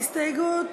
ההסתייגות